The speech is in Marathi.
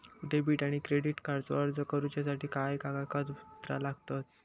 डेबिट आणि क्रेडिट कार्डचो अर्ज करुच्यासाठी काय कागदपत्र लागतत?